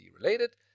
related